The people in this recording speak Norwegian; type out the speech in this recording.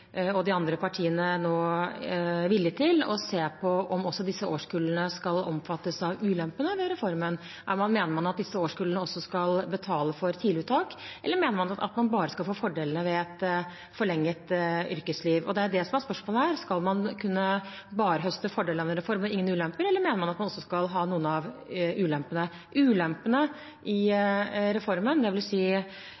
og de andre partiene nå er villig til å se på om også disse årskullene skal omfattes av ulempene ved reformen. Mener man at disse årskullene også skal betale for tidlig uttak, eller mener man at man bare skal få fordelene ved et forlenget yrkesliv? Det er det som er spørsmålet her. Skal man kunne høste bare fordelene av en reform og ingen ulemper, eller mener man at man også skal ha noen av ulempene? Ulempene i